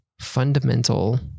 fundamental